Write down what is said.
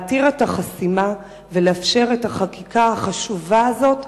להתיר את החסימה ולאפשר את החקיקה החשובה הזאת,